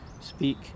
speak